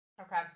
Okay